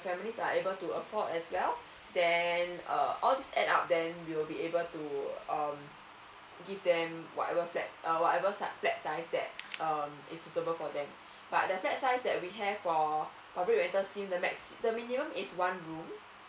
families are able to afford as well then uh all this add up then we will be able to um give them whatever flats uh whatever flat size that um is suitable for them but the flat size that we have for public rental scheme the max the minimum is one room um